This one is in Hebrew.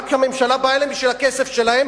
רק הממשלה באה אליהם בשביל הכסף שלהם